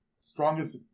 strongest